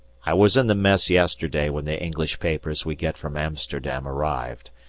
i was in the mess yesterday when the english papers we get from amsterdam arrived.